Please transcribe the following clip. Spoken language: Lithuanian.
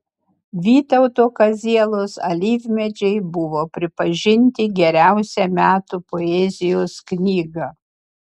vytauto kazielos alyvmedžiai buvo pripažinti geriausia metų poezijos knyga